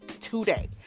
today